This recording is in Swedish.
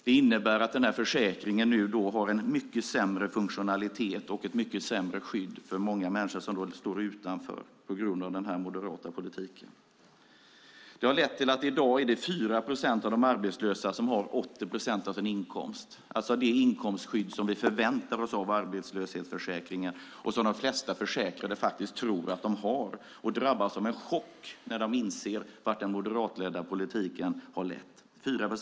Det innebär att försäkringen har en mycket sämre funktionalitet och ett mycket sämre skydd för de många människor som står utanför på grund av den moderata politiken. I dag har endast 4 procent av de arbetslösa 80 procent av sin inkomst - alltså det inkomstskydd som vi förväntar oss av arbetslöshetsförsäkringen och som de flesta försäkrade därför tror att de har. Många drabbas av en chock när de inser vart den moderatledda politiken har lett.